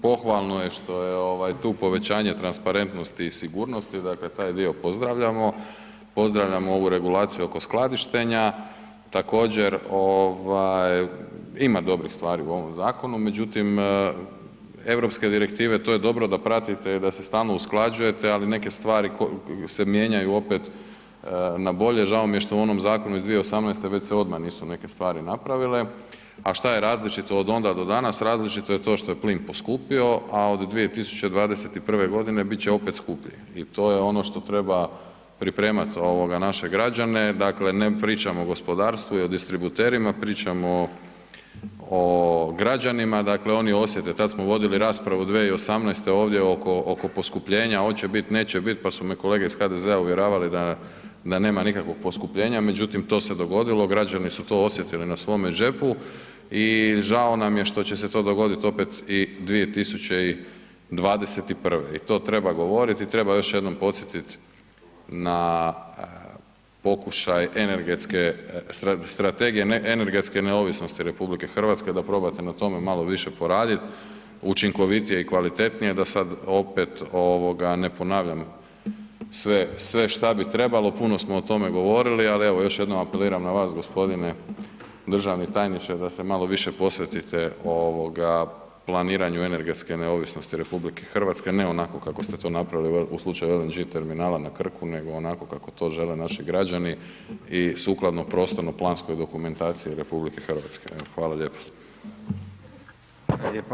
Pohvalno je što je tu povećanje transparentnosti i sigurnosti, dakle taj dio pozdravljamo, pozdravljamo ovu regulaciju oko skladištenja, također ima dobrih stvari u ovom zakonu međutim europske direktive, to je dobro da pratite i da se stalno usklađujete ali neke stvari se mijenjaju pet na bolje, žao mi je što u onom zakonu iz 2018. već se odmah nisu neke stvari napravile, a šta je različito od onda do danas, različito je to što je plin poskupio a od 2021. g. bit će opet skuplji i to je ono što treba pripremat naše građane, dakle ne pričamo o gospodarstvu i o distributerima, pričamo o građanima, dakle oni osjete, tad smo vodili raspravu 2018. ovdje oko poskupljenja, oće bit, neće bit, pa su me kolege iz HDZ-a uvjeravale da nema nikakvog poskupljenja međutim to se dogodilo, građani su to osjetili na svome džepu i žao nam je što će se to dogoditi opet i 2021. i to treba govoriti i treba još jednom podsjetit na pokušaj energetske strategije, ne energetske neovisnosti RH, da probate na tome malo više poradit, učinkovitije i kvalitetnije, da sad opet ne ponavljam sve šta bi trebalo, puno smo o tome govorili ali evo još jednom, apeliram na vas g. državne tajniče da se malo više posvetite planiranju energetske neovisnosti RH, ne onako kako ste to napravili u slučaju LNG terminala na Krku nego onako kako to žele naši građani i sukladno prostorno-planskoj dokumentaciji RH, evo hvala lijepo.